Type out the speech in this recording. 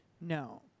No